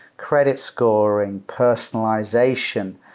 credit scoring, personalization,